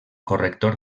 corrector